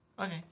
Okay